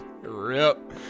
rip